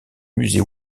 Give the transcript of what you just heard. musée